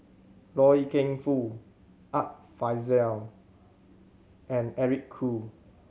Loy Keng Foo Art Fazil and Eric Khoo